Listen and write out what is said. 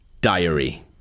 Diary